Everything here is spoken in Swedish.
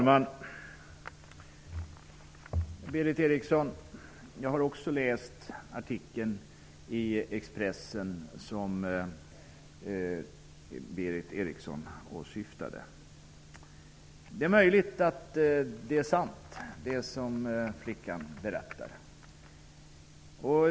Herr talman! Jag har också läst artikeln i Expressen som Berith Eriksson åsyftade. Det är möjligt att det som flickan berättade är sant.